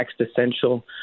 existential